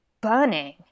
burning